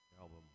album